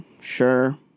sure